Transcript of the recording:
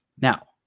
Now